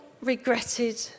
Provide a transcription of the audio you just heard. regretted